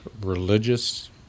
religious